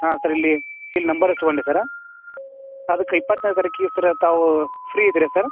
ಹಾಂ ಸರ್ ಇಲ್ಲಿ ಇಲ್ಲಿ ನಂಬರ್ ಇಸ್ಕೊಂಡೆ ಸರ್ ಅದಕ್ಕೆ ಇಪ್ಪತ್ತನೇ ತಾರೀಖಿಗೆ ಸರ್ ತಾವು ಫ್ರೀ ಇದ್ದೀರಾ ಸರ್